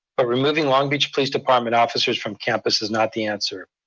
but removing long beach police department officers from campus is not the answer.